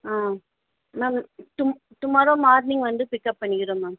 ஆ ma'am டும் tomorrow morning வந்து pick up பண்ணிக்கிறோம் மேம்